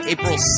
April